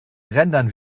rendern